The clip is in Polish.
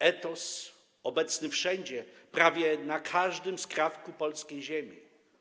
Etos - obecny wszędzie, prawie na każdym skrawku polskiej ziemi.